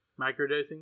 microdosing